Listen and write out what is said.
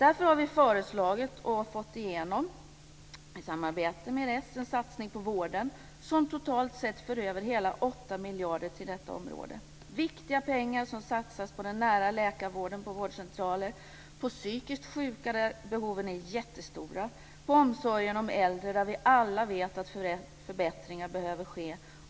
Därför har vi föreslagit och fått igenom, i samarbete med Socialdemokraterna, en satsning på vården. Totalt förs hela 8 miljarder till detta område - viktiga pengar som satsas på den nära läkarvården på vårdcentraler, på psykiskt sjuka - där är behoven jättestora - och på omsorgen om de äldre. Där vet vi alla att förbättringar behöver ske.